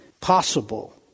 possible